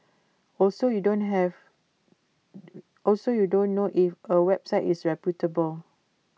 also you don't have also you don't know if A website is reputable